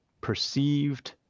perceived